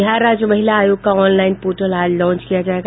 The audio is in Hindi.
बिहार राज्य महिला आयोग का ऑनलाईन पोर्टल आज लांच किया जायेगा